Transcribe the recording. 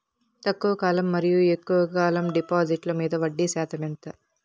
తక్కువ కాలం మరియు ఎక్కువగా కాలం డిపాజిట్లు మీద వడ్డీ శాతం ఎంత?